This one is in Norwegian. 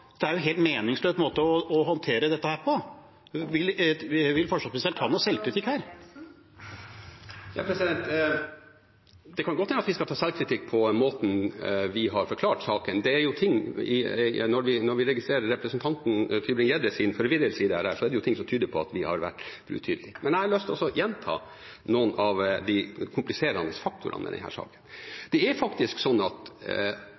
Det er jo en helt meningsløs måte å håndtere dette på. Vil forsvarsministeren ta selvkritikk her? Det kan godt hende at vi skal ta selvkritikk på måten vi har forklart saken på. Når vi registrerer representanten Tybring-Gjeddes forvirring, er det ting som tyder på at vi har vært utydelige. Jeg har lyst til å gjenta noen av de kompliserende faktorene i denne saken. Det er faktisk sånn at